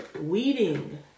Weeding